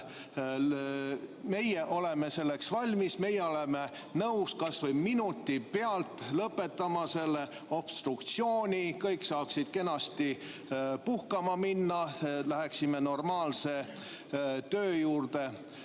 Meie oleme selleks valmis. Meie oleme nõus kas või minuti pealt lõpetama selle obstruktsiooni ja kõik saaksid kenasti puhkama minna. Läheksime normaalse töö juurde